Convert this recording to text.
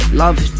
love